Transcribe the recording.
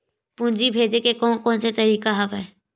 पूंजी भेजे के कोन कोन से तरीका हवय?